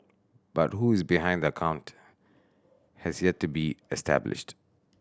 but who is behind the account has yet to be established